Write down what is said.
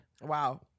Wow